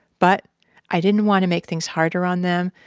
but i didn't want to make things harder on them,